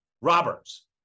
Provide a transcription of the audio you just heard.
roberts